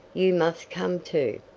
you must come too.